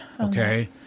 Okay